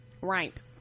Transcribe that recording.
right